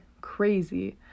crazy